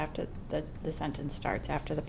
after that the sentence starts after the